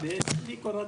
כי אין זמן ללכת